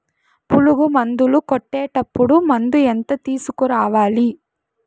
పులుగు మందులు కొట్టేటప్పుడు మందు ఎంత తీసుకురావాలి?